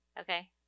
Okay